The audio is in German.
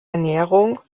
ernährung